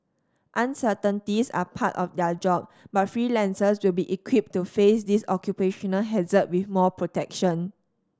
uncertainties are part of their job but freelancers will be equipped to face this occupational hazard with more protection